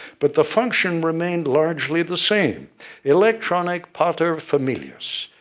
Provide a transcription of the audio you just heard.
but the function remained, largely, the same electronic pater familias,